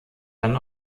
dann